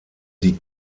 die